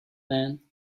man